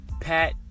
Pat